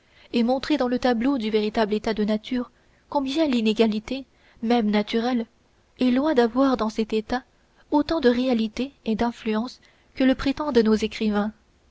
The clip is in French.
et montrer dans le tableau du véritable état de nature combien l'inégalité même naturelle est loin d'avoir dans cet état autant de réalité et d'influence que le prétendent nos écrivains